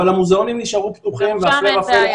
אבל המוזיאונים נשארו פתוחים והפלא ופלא,